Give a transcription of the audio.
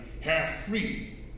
half-free